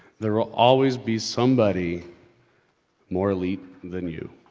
there will always be somebody more elite than you.